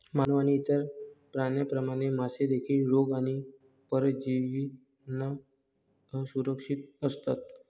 मानव आणि इतर प्राण्यांप्रमाणे, मासे देखील रोग आणि परजीवींना असुरक्षित असतात